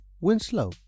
Winslow